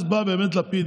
אז בא באמת לפיד,